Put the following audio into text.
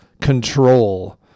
control